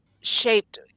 shaped